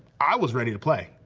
i was ready to play,